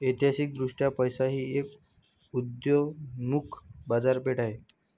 ऐतिहासिकदृष्ट्या पैसा ही एक उदयोन्मुख बाजारपेठ आहे